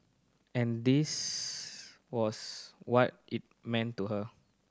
and this was what it meant to her